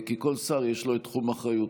כי לכל שר יש את תחום אחריותו,